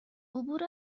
عبور